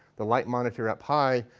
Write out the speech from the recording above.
the light monitor up high,